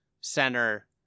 center